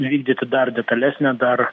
vykdyti dar detalesnę dar